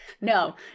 No